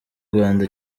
rwanda